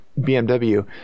BMW